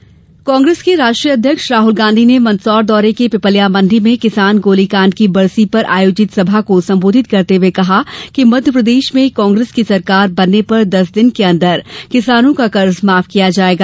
राहल गांधी कांग्रेस के राष्ट्रीय अध्यक्ष राहल गांधी ने मंदसौर जिले के पिपलियामंडी में किसान गोलीकांड की बरसी पर आयोजित सभा को संबोधित करते कहा कि मध्यप्रदेश में कांग्रेस की सरकार बनने पर दस दिन के अंदर किसानों का कर्ज माफ किया जाएगा